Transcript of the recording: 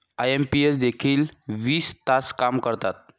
IMPS देखील वीस तास काम करतात?